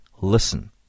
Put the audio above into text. Listen